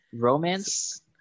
romance